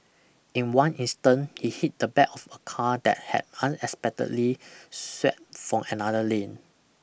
in one instant he hit the back of a car that had unexpectedly swerved from another lane